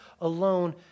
alone